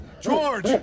George